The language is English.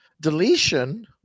deletion